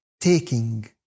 taking